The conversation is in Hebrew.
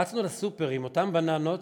רצנו לסופר עם אותן בבנות,